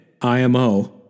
IMO